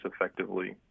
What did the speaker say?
effectively